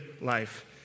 life